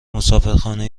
مسافرخانه